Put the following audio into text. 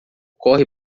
corre